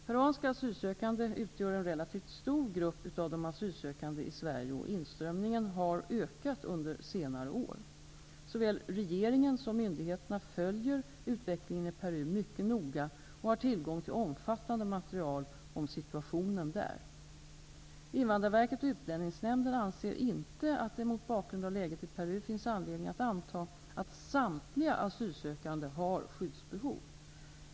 Peruanska asylsökande utgör en relativt stor grupp av de asylsökande i Sverige, och inströmningen har ökat under senare år. Såväl regeringen som myndigheterna följer utvecklingen i Peru mycket noga och har tillgång till omfattande material om situationen där. Invandrarverket och Utlänningsnämnden anser inte att det mot bakgrund av läget i Peru finns anledning att anta att samtliga asylsökande har skyddsbehov.